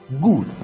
Good